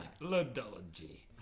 Ludology